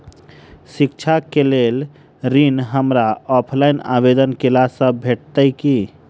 शिक्षा केँ लेल ऋण, हमरा ऑफलाइन आवेदन कैला सँ भेटतय की?